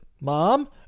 mom